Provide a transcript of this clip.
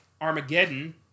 Armageddon